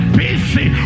busy